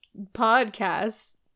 podcast